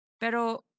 Pero